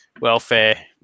Welfare